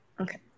Okay